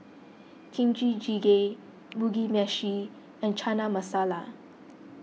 Kimchi Jjigae Mugi Meshi and Chana Masala